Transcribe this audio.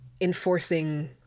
enforcing